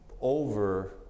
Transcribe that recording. over